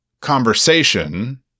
conversation